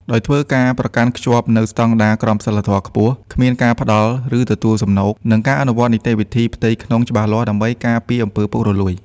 ដោយធ្វើការប្រកាន់ខ្ជាប់នូវស្តង់ដារក្រមសីលធម៌ខ្ពស់ គ្មានការផ្ដល់ ឬទទួលសំណូក និងការអនុវត្តនីតិវិធីផ្ទៃក្នុងច្បាស់លាស់ដើម្បីការពារអំពើពុករលួយ។